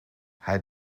hij